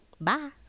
Bye